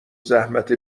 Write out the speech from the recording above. زحمت